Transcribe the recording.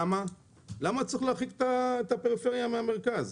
למה צריך להרחיק את הפריפריה מן המרכז?